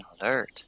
alert